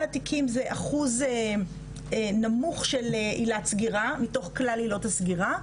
התיקים זה אחוז נמוך של עילת סגירה מתוך כלל עילות הסגירה,